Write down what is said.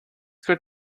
good